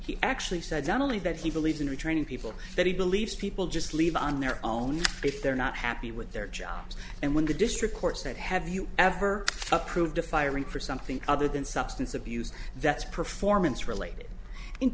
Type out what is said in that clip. there he actually said not only that he believes in retraining people that he believes people just leave on their own if they're not happy with their jobs and when the district court said have you ever approved a firing for something other than substance abuse that's performance related